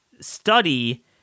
study